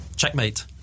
Checkmate